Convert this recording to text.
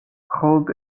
მხოლოდ